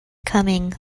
coming